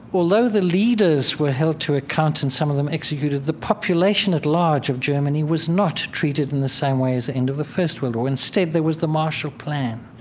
although the leaders were held to account, and some of them executed, the population at large of germany was not treated in the same way as the end of the first world war. instead, there was the martial plan,